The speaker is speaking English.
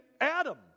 Adam